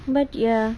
but ya